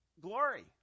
glory